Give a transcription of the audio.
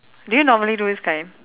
do you normally do this kind